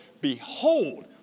behold